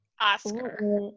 oscar